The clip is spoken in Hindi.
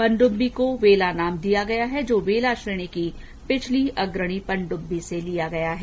पनडुब्बी को वेला नाम दिया गया है जो वेला श्रेणी की पिछली अग्रणी पनडुब्बी से लिया गया है